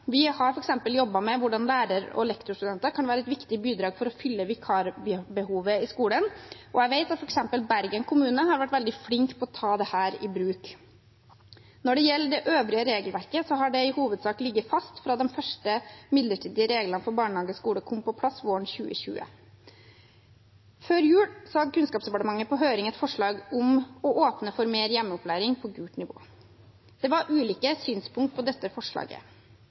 Vi har f.eks. jobbet med hvordan lærer- og lektorstudenter kan være et viktig bidrag til å fylle vikarbehovet i skolen, og jeg vet at f.eks. Bergen kommune har vært veldig flinke til å ta dette i bruk. Når det gjelder det øvrige regelverket, har det i hovedsak ligget fast fra de første midlertidige reglene for barnehage og skole kom på plass våren 2020. Før jul hadde Kunnskapsdepartementet på høring et forslag om å åpne for mer hjemmeopplæring på gult nivå. Det var ulike synspunkter på dette forslaget.